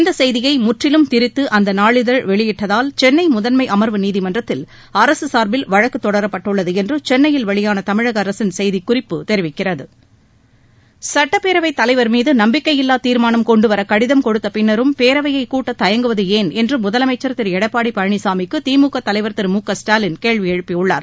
இந்த செய்தியை முற்றிலும் திரித்து அந்த நாளிதழ் வெளியிட்டதால் சென்னை முதன்மை அமர்வு நீதிமன்றத்தில் அரசு சார்பில் வழக்கு தொடரப்பட்டுள்ளது என்று சென்னையில் வெளியான தமிழக அரசின் செய்திக்குறிப்பு தெரிவிக்கிறது சட்டப்பேரவைத் தலைவர் மீது நம்பிக்கையில்லா தீர்மானம் கொண்டு வர கடிதம் கொடுத்த பின்னரும் பேரவையைக் கூட்ட தயங்குவது ஏன் என்று முதலமைச்சர் திரு எடப்பாடி பழனிசாமிக்கு திமுக தலைவர் திரு மு க ஸ்டாலின் கேள்வி எழுப்பியுள்ளார்